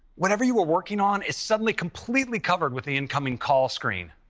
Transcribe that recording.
whatever you were working on is suddenly completely covered with the incoming call screen.